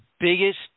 biggest